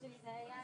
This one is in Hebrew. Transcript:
זאת אומרת,